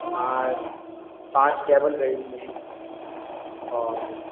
हाँ पाँच टेबल खरीदनी है और